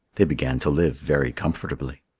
they began to live very comfortably.